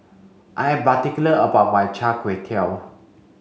I am particular about my Char Kway Teow